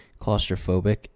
claustrophobic